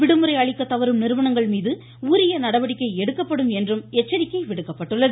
விடுமுறை அளிக்க தவறும் நிறுவனங்கள் மீது உரிய நடவடிக்கை எடுக்கப்படும் என்றும் எச்சரிக்கை விடுக்கப்பட்டுள்ளது